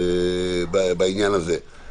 בעניין הזה.